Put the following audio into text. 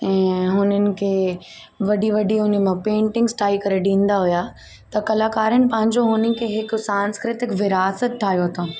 ऐं हुननि खे वॾी वॾी उन मां पेंटिंग्स ठाहे करे ॾींदा हुआ त कलाकारनि पंहिंजो हुन खे हिकु सांस्कृतिक विरासत ठाहियो अथऊं